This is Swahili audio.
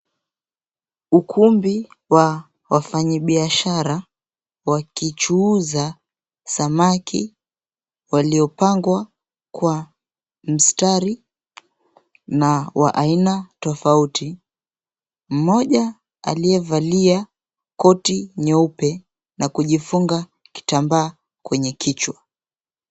Ukumbi wa wafanyabiashara wakichuuza samaki waliopangwa kwa mstari na wa aina tofauti. Mmoja aliyevaa koti nyeupe na kujifunga kitambaa kwenye kichwa.